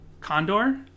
Condor